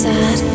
Sad